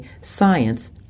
science